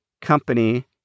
company